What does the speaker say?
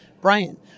Brian